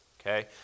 Okay